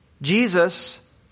Jesus